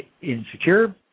insecure